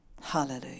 Hallelujah